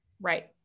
Right